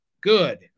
good